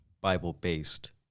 Bible-based